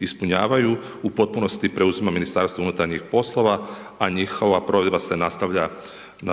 ispunjavaju u potpunosti preuzima Ministarstvo unutarnjih poslova a njihova provedba se nastavlja na predviđeni način.